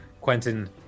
quentin